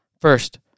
First